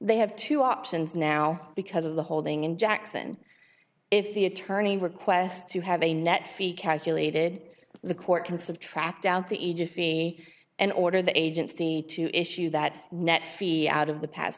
they have two options now because of the holding in jackson if the attorney requests to have a net fee calculated the court can subtract out the agency and order the agency to issue that net out of the past